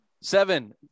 Seven